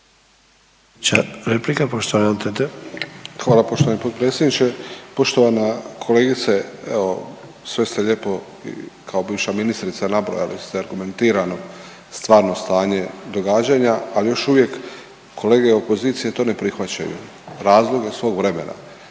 Hvala poštovani potpredsjedniče. Poštovana kolegice, evo sve ste lijepo i kao bivša ministrica, nabrojali ste argumentirano stvarno stanje događanja, ali još uvijek kolege opozicije to ne prihvaćaju, razloge svog vremena,